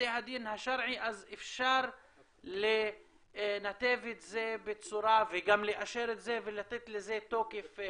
בתי הדין השרעי אז אפשר לנתב את זה וגם לאשר את זה ולתת לזה תוקף חוקי.